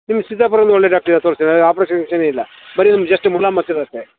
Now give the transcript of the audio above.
ನಿಮ್ಮ ಸಿದ್ದಾಪುರದಲ್ಲಿ ಒಳ್ಳೆ ಡಾಕ್ಟ್ರಿದ್ದಾರೆ ತೋರಿಸಿ ಅಲ್ಲಿ ಆಪರೇಷನ್ ವಿಷಯಾನೇ ಇಲ್ಲ ಬರೀ ನಿಮ್ಮ ಜಸ್ಟ್ ಒಂದು ಮುಲಾಮು ಹಚ್ಚೋದು ಅಷ್ಟೆ